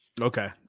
Okay